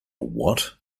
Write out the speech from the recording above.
what